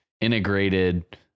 integrated